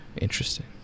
Interesting